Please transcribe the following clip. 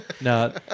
No